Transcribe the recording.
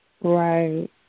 Right